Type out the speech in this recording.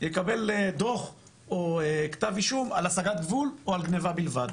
יקבל דו"ח או כתב אישום על הסגת גבול או על גניבה בלבד.